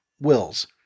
wills